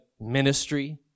ministry